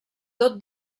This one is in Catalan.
tot